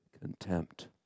contempt